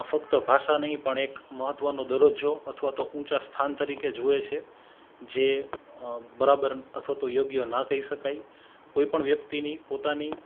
ફક્ત ભાષા નહીં પણ એક મહત્વનો દરજ્જો અથવા તો ઊંચા સ્થાન તરીકે જુએ છે જે બરાબર અથવા તો યોગ્ય ન કઈ શકાય કોઈપણ વ્યક્તિની પોતાની